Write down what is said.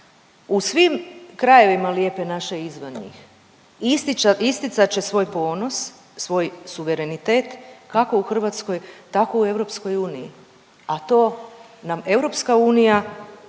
u svim krajevima lijepe naše i izvan njih isticat će se svoj ponos, svoj suverenitet kako u Hrvatskoj tako i u EU, a to nam EU